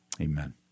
Amen